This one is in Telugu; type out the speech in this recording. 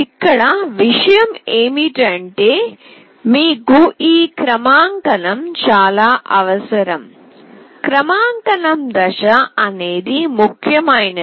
ఇక్కడ విషయం ఏమిటి అంటే మీకు ఈ క్రమాంకనం చాలా అవసరం క్రమాంకనం దశ అనేది ముఖ్యమైనది